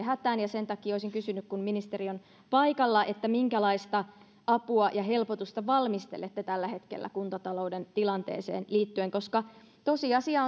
hätään ja sen takia olisin kysynyt kun ministeri on paikalla minkälaista apua ja helpotusta valmistelette tällä hetkellä kuntatalouden tilanteeseen liittyen koska tosiasia